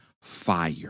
fire